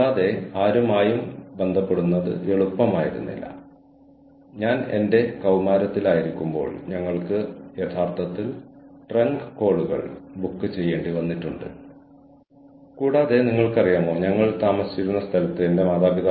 കൂടാതെ strategic human resource management വിവിധ തലങ്ങളിൽ എങ്ങനെ വികസിക്കുന്നു എന്നതിനെക്കുറിച്ചുള്ള വളരെ രസകരമായ ഒരു പേപ്പറാണിത്